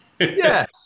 Yes